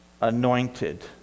anointed